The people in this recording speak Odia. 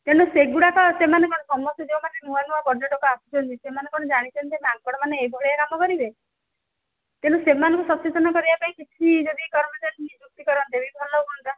ତେଣୁ ସେଗୁଡ଼ାକ ସେମାନେ କ'ଣ ସମସ୍ତେ ଯେଉଁମାନେ ନୂଆ ନୂଆ ପର୍ଯ୍ୟଟକ ଆସୁଛନ୍ତି ସେମାନେ କ'ଣ ଜାଣିଛନ୍ତି ଯେ ମାଙ୍କଡ଼ମାନେ ଏଭଳିଆ କାମ କରିବେ ତେଣୁ ସେମାନଙ୍କୁ ସଚେତନ କରିବା ପାଇଁ କିଛି ଯଦି କର୍ମଚାରୀ ନିଯୁକ୍ତି କରନ୍ତେ ବି ଭଲ ହୁଅନ୍ତା